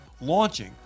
launching